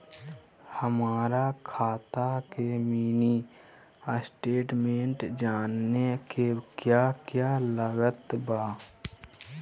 हमरा खाता के मिनी स्टेटमेंट जानने के क्या क्या लागत बा?